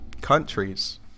Countries